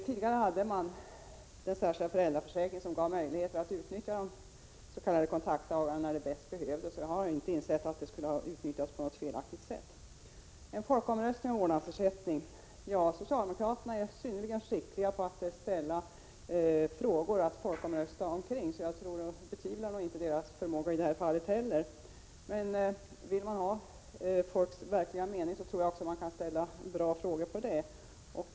Tidigare fanns den särskilda föräldraförsäkringen, som gav möjlighet att utnyttja de s.k. kontaktdagarna när det bäst behövdes. Jag har inte insett att det skulle ha utnyttjats på något felaktigt sätt. Jag vill också säga några ord om en folkomröstning om vårdnadsersättning. Socialdemokraterna är synnerligen skickliga på att ställa frågor att folkomrösta om. Jag betvivlar inte deras förmåga i det här fallet heller. Vill man ha folks verkliga mening tror jag att man måste ställa bra frågor.